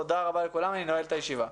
תודה רבה לכולם, אני נועל את הישיבה.